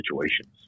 situations